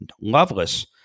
Loveless